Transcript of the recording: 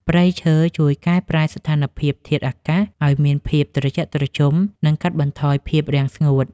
ព្រៃឈើជួយកែប្រែស្ថានភាពធាតុអាកាសឱ្យមានភាពត្រជាក់ត្រជុំ និងកាត់បន្ថយភាពរាំងស្ងួត។